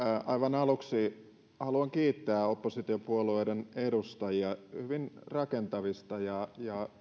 aivan aluksi haluan kiittää oppositiopuolueiden edustajia hyvin rakentavista ja